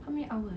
how many hours